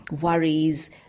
worries